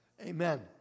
Amen